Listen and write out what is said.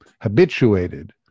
habituated